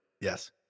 Yes